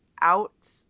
out